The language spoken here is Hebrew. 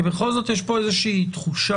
כי בכל זאת יש פה איזו שהיא תחושה